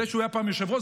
אתה עוזר.